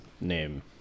name